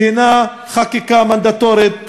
שהן חקיקה מנדטורית דרקונית.